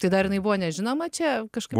tai dar jinai buvo nežinoma čia kažkam